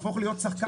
תהפוך להיות שחקן.